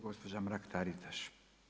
Gospođa Mrak-Taritaš.